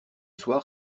soir